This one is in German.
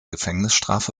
gefängnisstrafe